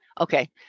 Okay